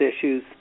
issues